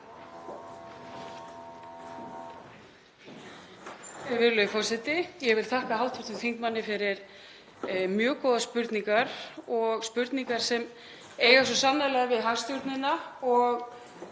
Ég vil þakka hv. þingmanni fyrir mjög góðar spurningar og spurningar sem eiga svo sannarlega við hagstjórnina og